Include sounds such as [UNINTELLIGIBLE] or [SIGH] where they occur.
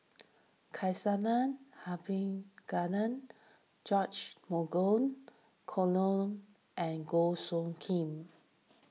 [UNINTELLIGIBLE] Abisheganaden George Dromgold Coleman and Goh Soo Khim